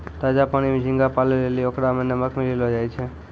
ताजा पानी में झींगा पालै लेली ओकरा में नमक मिलैलोॅ जाय छै